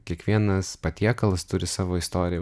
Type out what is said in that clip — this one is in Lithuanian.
kiekvienas patiekalas turi savo istoriją